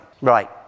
Right